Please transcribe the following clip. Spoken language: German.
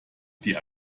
die